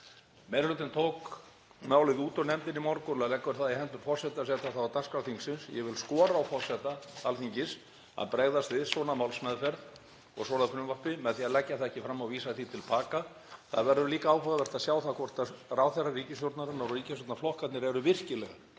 Meiri hlutinn tók málið út úr nefndinni í morgun og leggur það í hendur forseta að setja það á dagskrá þingsins. Ég vil skora á forseta Alþingis að bregðast við svona málsmeðferð og svona frumvarpi með því að leggja það ekki fram og vísa því til baka. Það verður líka áhugavert að sjá það hvort ráðherrar ríkisstjórnarinnar og ríkisstjórnarflokkarnir eru virkilega